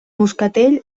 moscatell